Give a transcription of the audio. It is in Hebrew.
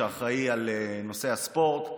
שאחראי על נושא הספורט,